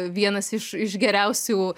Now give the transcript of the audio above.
vienas iš iš geriausių